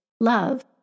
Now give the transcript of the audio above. love